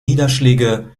niederschläge